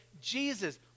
Jesus